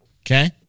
Okay